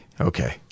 Okay